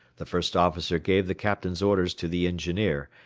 the first officer gave the captain's orders to the engineer,